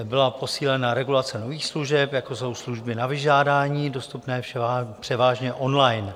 Byla posílena regulace nových služeb, jako jsou služby na vyžádání, dostupné převážně online.